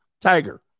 Tiger